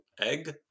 Egg